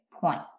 point